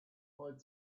had